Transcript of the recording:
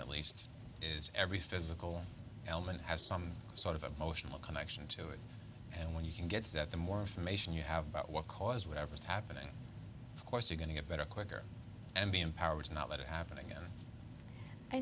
at least is every physical element has some sort of a motion or connection to it and when you can get that the more information you have out what caused whatever is happening of course you're going to get better quicker and